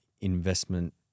investment